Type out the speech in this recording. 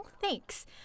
Thanks